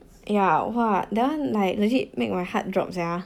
yeah !wah! that one like legit make my heart drop sia